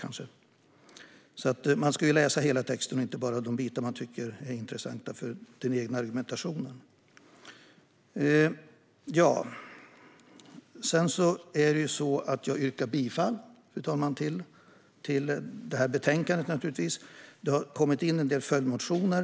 Man ska alltså läsa hela texten och inte bara de bitar man tycker är intressanta för den egna argumentationen. Jag yrkar bifall till förslaget i betänkandet, fru talman. Det har kommit in en del följdmotioner.